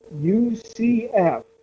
UCF